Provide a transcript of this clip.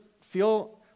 feel